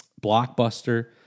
blockbuster